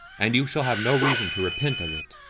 and you shall have no reason to repent of it.